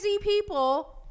people